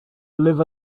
live